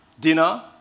dinner